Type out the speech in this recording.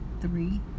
three